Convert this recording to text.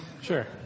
Sure